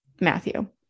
Matthew